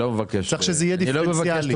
צריך שזה יהיה דיפרנציאלי.